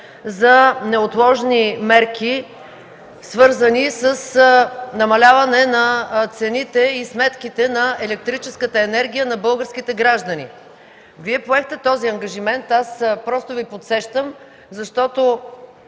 за неотложни мерки, свързани с намаляване цените и сметките на електрическата енергия на българските граждани. Вие поехте този ангажимент, аз просто Ви подсещам, защото